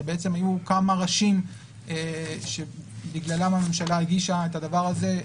הרי בעצם היו כמה ראשים שבגללם הממשלה הגישה את הדבר הזה,